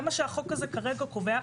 זה מה שהחוק הזה כרגע קובע.